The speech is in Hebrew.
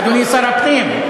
אדוני שר הפנים?